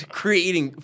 creating